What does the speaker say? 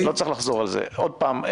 עוד הפעם,